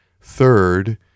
Third